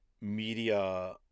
media